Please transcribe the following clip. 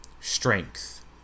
Strength